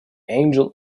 angel